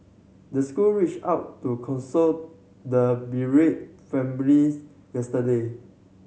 the school reached out to console the bereaved families yesterday